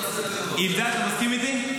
--- עם זה אתה מסכים איתי?